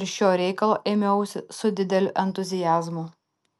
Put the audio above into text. ir šio reikalo ėmiausi su dideliu entuziazmu